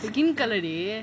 skin colour டி:di